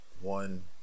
one